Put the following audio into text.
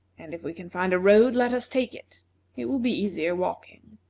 and if we can find a road let us take it it will be easier walking.